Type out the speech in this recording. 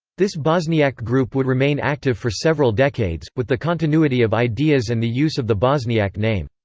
this bosniak group would remain active for several decades, with the continuity of ideas and the use of the bosniak name.